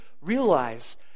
realize